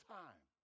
time